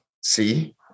see